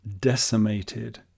decimated